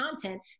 content